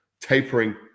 tapering